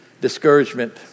Discouragement